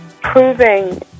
proving